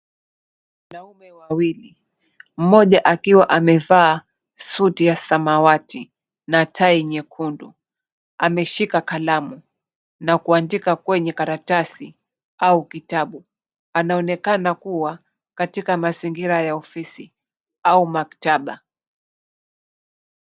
Wanaume wawili, mmoja akiwa amevaa suti ya samawati na tai nyekundu, ameshika kalamu na kuandika kwenye karatasi au kitabu, anaonekana kuwa katika mazingira ya ofisi au maktaba.